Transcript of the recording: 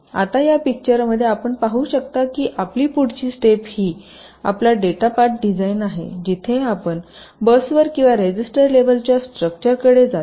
आता या पिक्चर आपण पाहू शकता की आपली पुढची स्टेप ही आपला डेटा पाथ डिझाइन आहे जिथे आपण बसवर किंवा रजिस्टर लेवलच्या स्ट्रक्चरकडे जाता